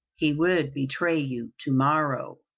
he would betray you to-morrow.